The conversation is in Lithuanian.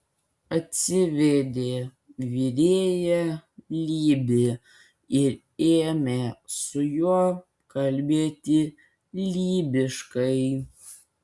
atsivedė virėją lybį ir ėmė su juo kalbėti lybiškai